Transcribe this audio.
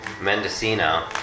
Mendocino